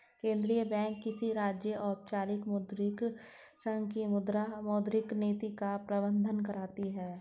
केंद्रीय बैंक किसी राज्य, औपचारिक मौद्रिक संघ की मुद्रा, मौद्रिक नीति का प्रबन्धन करती है